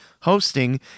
hosting